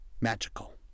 magical